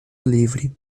livre